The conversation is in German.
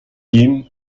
ihm